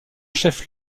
chef